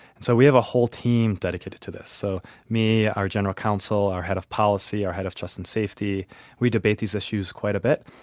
and so we have a whole team dedicated to this. so me, our general counsel, our head of policy, our head of trust and safety we debate these issues quite a bit.